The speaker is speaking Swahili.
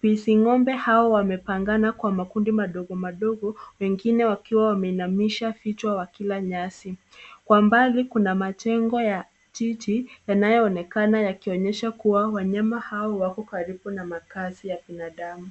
Pising'ombe hao wamepangana kwa makundi madogo madogo wengine wakiwa wameinamisha kichwa wakila nyasi. Kwa mbali kuna majengo ya jiji yanayoonekana yakionyesha kuwa wanyama hao wako karibu na makazi ya binadamu.